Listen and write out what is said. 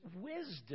wisdom